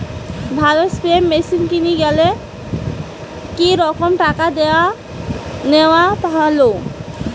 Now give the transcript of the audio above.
ভালো spray machine কিনির গেলে কি রকম টাকা দিয়া নেওয়া ভালো?